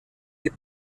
die